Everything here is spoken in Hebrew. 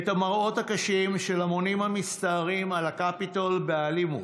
את המראות הקשים של המונים המסתערים על הקפיטול באלימות.